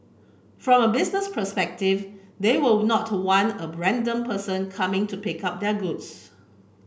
from a business perspective they will not want a random person coming to pick up their goods